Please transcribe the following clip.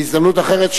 בהזדמנות אחרת,